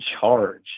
charge